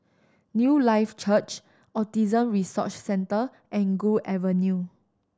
Newlife Church Autism Resource Centre and Gul Avenue